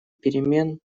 перемен